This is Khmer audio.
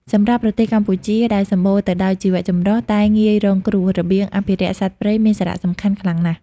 សម្រាប់ប្រទេសកម្ពុជា ដែលសម្បូរទៅដោយជីវចម្រុះតែងាយរងគ្រោះ របៀងអភិរក្សសត្វព្រៃមានសារៈសំខាន់ខ្លាំងណាស់។